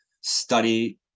study